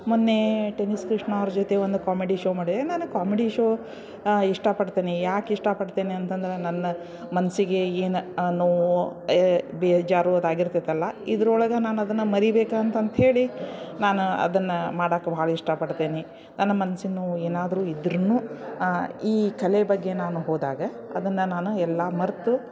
ಮೊನ್ನೆ ಟೆನಿಸ್ ಕೃಷ್ಣ ಅವ್ರ ಜೊತೆ ಒಂದು ಕಾಮಿಡಿ ಶೋ ಮಾಡಿದೀನಿ ನಾನು ಕಾಮಿಡಿ ಶೋ ಇಷ್ಟಪಡ್ತೇನೆ ಯಾಕೆ ಇಷ್ಟಪಡ್ತೇನೆ ಅಂತಂದ್ರೆ ನನ್ನ ಮನಸ್ಸಿಗೆ ಏನೇ ನೋವು ಬೇಜಾರು ಅದು ಆಗಿರ್ತೈತಲ್ಲ ಇದ್ರೊಳಗೆ ನಾನದನ್ನು ಮರಿಬೇಕು ಅಂತಂತ್ಹೇಳಿ ನಾನು ಅದನ್ನು ಮಾಡಕ್ಕ ಭಾಳ ಇಷ್ಟಪಡ್ತೀನಿ ನನ್ನ ಮನ್ಸಿನ ನೋವು ಏನಾದರೂ ಇದ್ರೂ ಈ ಕಲೆ ಬಗ್ಗೆ ನಾನು ಹೋದಾಗ ಅದನ್ನು ನಾನು ಎಲ್ಲ ಮರೆತು